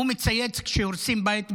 הוא מצייץ כשהורסים בית בזרזיר,